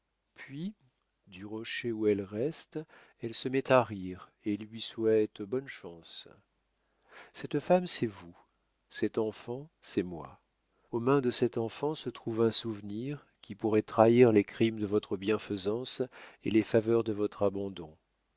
puis du rocher où elle reste elle se met à rire et lui souhaite bonne chance cette femme c'est vous cet enfant c'est moi aux mains de cet enfant se trouve un souvenir qui pourrait trahir les crimes de votre bienfaisance et les faveurs de votre abandon